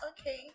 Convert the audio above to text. Okay